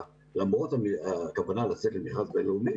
למרות הכוונה לצאת למכרז בין-לאומי,